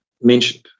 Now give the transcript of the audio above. mentioned